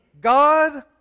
God